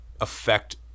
affect